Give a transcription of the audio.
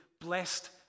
blessed